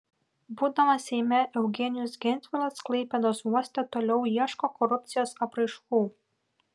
būdamas seime eugenijus gentvilas klaipėdos uoste toliau ieško korupcijos apraiškų